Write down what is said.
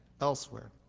elsewhere